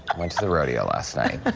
went to the rodeo last night.